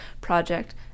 project